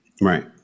Right